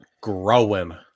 growing